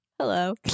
hello